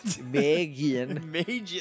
megan